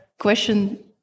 Question